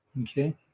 Okay